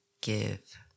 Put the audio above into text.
give